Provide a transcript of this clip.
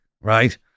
right